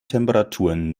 temperaturen